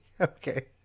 Okay